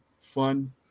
Fun